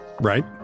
right